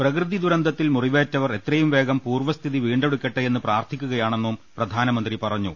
പ്രകൃതി ദുരന്തത്തിൽ മുറിവേറ്റവർ എത്രയും വേഗം പൂർവസ്ഥിതി വീണ്ടെടുക്കട്ടെ എന്ന് പ്രാർത്ഥിക്കുക്യാ ണെന്നും പ്രധാനമന്ത്രി പറഞ്ഞു